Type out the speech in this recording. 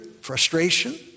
Frustration